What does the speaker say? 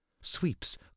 Sweeps